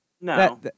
No